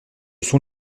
sont